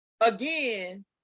Again